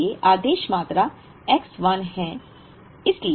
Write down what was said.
इसलिए आदेश मात्रा X 1 है